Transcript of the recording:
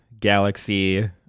galaxy